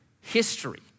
history